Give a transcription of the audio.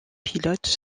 pilotes